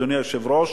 אדוני היושב-ראש,